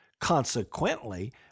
consequently